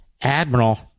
Admiral